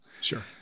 Sure